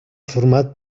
format